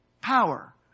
power